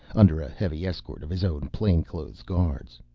under a heavy escort of his own plainclothes guards.